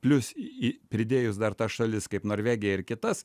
plius pridėjus dar tas šalis kaip norvegija ir kitas